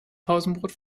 pausenbrot